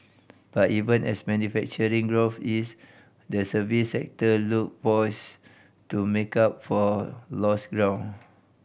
but even as manufacturing growth eased the service sector look poised to make up for lost ground